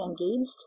engaged